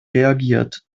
reagiert